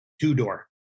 two-door